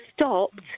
stopped